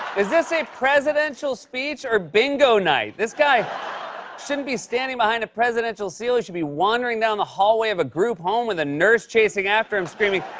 is this a presidential speech or bingo night? this guy shouldn't be standing behind a presidential seal. he should be wandering down the hallway of a group home with a nurse chasing after him, screaming,